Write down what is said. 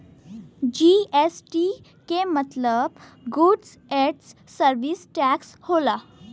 GST के मतलब goods and service tax होला